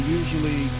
usually